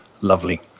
lovely